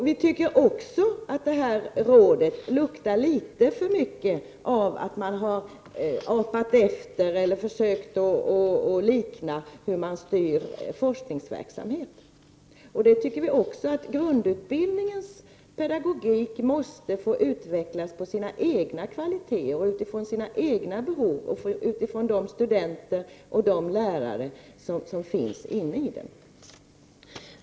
Vi tycker också att det rådet luktar litet för mycket efterapning av styrningen av forskningsverksamheten. Grundutbildningens pedagogik måste få utvecklas på sina egna kvaliteter, utifrån sina egna behov och utifrån de studenter och lärare som finns i den.